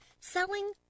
selling